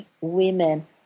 women